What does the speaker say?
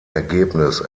ergebnis